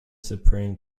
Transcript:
supreme